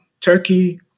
Turkey